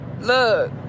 Look